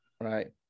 right